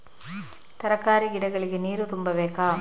ತರಕಾರಿ ಗಿಡಗಳಿಗೆ ನೀರು ತುಂಬಬೇಕಾ?